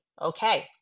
Okay